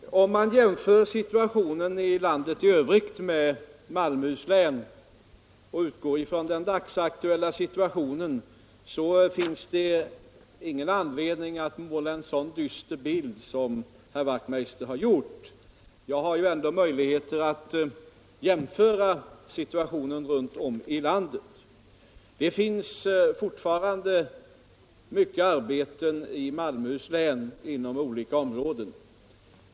Fru talman! Om man jämför förhållandena i landet i övrigt med förhållandena i Malmöhus län och utgår från den dagsaktuella situationen, finns det ingen anledning att måla en så dyster bild som herr Wachtmeister i Staffanstorp har gjort. Jag har ju ändå möjligheter att överblicka situationen runtom i landet. Det finns fortfarande många arbetstillfällen inom olika områden i Malmöhus län.